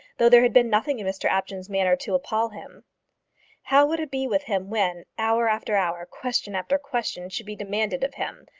though there had been nothing in mr apjohn's manner to appal him how would it be with him when, hour after hour, question after question should be demanded of him,